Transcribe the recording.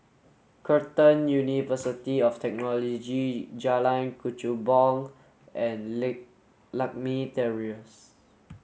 Curtin University of Technology Jalan Kechubong and Lakme Terrace